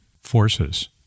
forces